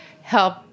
help